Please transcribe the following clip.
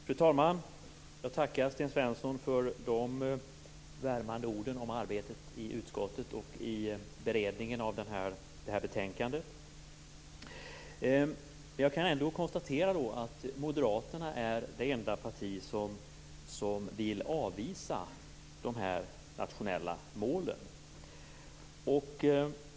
Fru talman! Jag tackar Sten Svensson för de värmande orden om arbetet i utskottet och i beredningen av det här betänkandet. Men jag konstaterar att Moderaterna är det enda parti som vill avvisa de nationella målen.